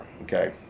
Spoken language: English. Okay